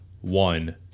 one